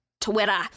Twitter